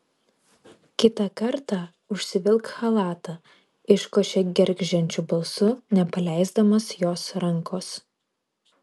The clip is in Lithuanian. kitą kartą užsivilk chalatą iškošė gergždžiančiu balsu nepaleisdamas jos rankos